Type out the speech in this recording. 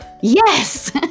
Yes